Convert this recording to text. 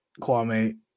Kwame